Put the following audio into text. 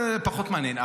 זה פחות מעניין.